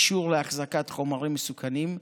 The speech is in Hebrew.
אישור להחזקת חומרים מסוכנים,